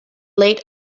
late